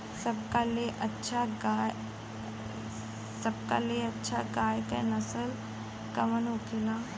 सबका ले अच्छा गाय के नस्ल कवन होखेला?